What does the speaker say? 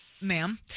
Ma'am